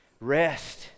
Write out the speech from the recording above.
Rest